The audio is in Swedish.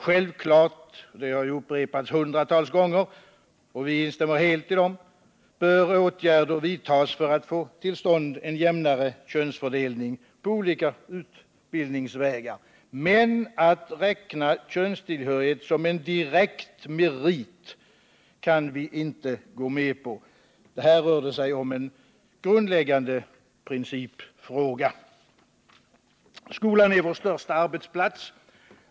Självklart bör åtgärder vidtas för att få till stånd en jämnare könsfördelning på olika utbildningsvägar, vilket upprepats hundratals gånger och vilket vi helt instämmer i. Men vi kan inte gå med på att räkna könstillhörighet som en direkt merit. Här rör det sig om en grundläggande principfråga. Skolan är vår största arbetsplats.